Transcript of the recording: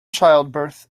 childbirth